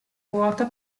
vuota